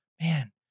man